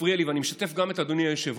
מפריעים לי, ואני משתף גם את אדוני היושב-ראש,